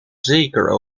zeker